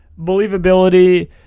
Believability